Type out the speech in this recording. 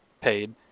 paid